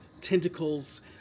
tentacles